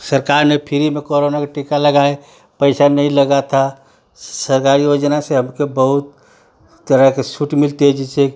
सरकार ने फिरी में करोना का टीका लगाए पैसा नहीं लगा था सरकारी योजना से अब के बहुत तरह के छूट मिलती है जिसे